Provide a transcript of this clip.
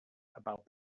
about